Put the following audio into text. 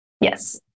Yes